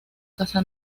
casa